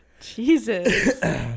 Jesus